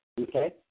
Okay